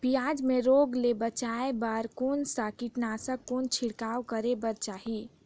पियाज मे रोग ले बचाय बार कौन सा कीटनाशक कौन छिड़काव करे बर चाही?